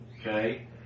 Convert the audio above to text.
Okay